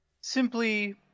simply